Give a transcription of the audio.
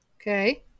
Okay